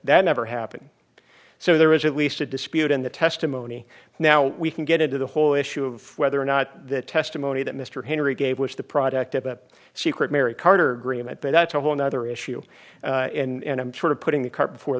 that never happened so there is at least a dispute in the testimony now we can get into the whole issue of whether or not the testimony that mr henry gave was the product of a secret mary carter green light but that's a whole nother issue and i'm sort of putting the cart befor